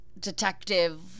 Detective